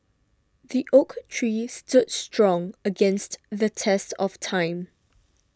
the oak tree stood strong against the test of time